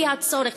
לפי הצורך,